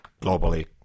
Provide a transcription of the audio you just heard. globally